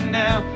now